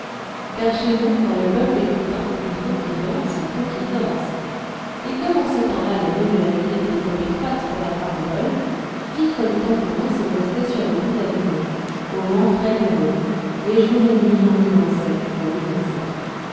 car chez nous quand le peuple est content il faut qu'il danse il faut qu'il danse et comme en ce temps-là les rues de la ville étaient trop étroites pour la farandole fifres et tambourins se postaient sur le pont d'avignon au vent frais du rhône et jour et nuit l'on y dansait l'on y dansait